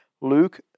Luke